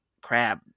crab